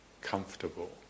comfortable